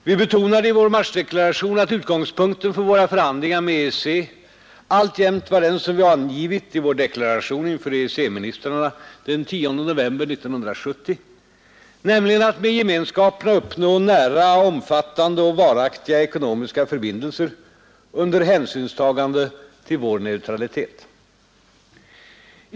Vi betonade i vår marsdeklaration att utgångspunkten för våra förhandlingar med EEC alltjämt var den som vi angivit i vår deklaration inför EEC-ministrarna den 10 november 1970, nämligen att med gemenskaperna uppnå nära, omfattande och varaktiga ekonomiska förbindelser under hänsynstagande till vår neutralitet.